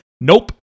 Nope